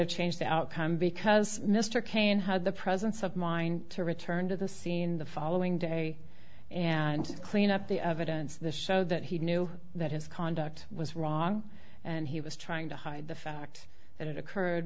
have changed the outcome because mr cain had the presence of mind to return to the scene the following day and clean up the evidence of this so that he knew that his conduct was wrong and he was trying to hide the fact that it occurred